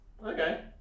Okay